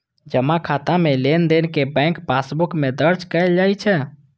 जमा खाता मे लेनदेन कें बैंक पासबुक मे दर्ज कैल जाइ छै